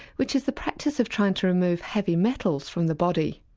which is the practice of trying to remove heavy metals from the body.